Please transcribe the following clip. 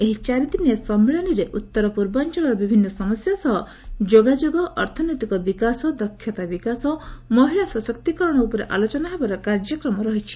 ଏହି ଚାରିଦିନିଆ ସମ୍ମିଳନୀରେ ଉତ୍ତର ପୂର୍ବାଞ୍ଚଳର ବିଭିନ୍ନ ସମସ୍ୟା ସହ ଯୋଗାଯୋଗ ଅର୍ଥନୈତିକ ବିକାଶ ଦକ୍ଷତା ବିକାଶ ମହିଳା ସଶକ୍ତିକରଣ ଉପରେ ଆଲୋଚନା ହେବାର କାର୍ଯ୍ୟକ୍ରମ ରହିଛି